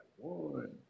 One